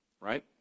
right